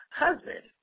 husband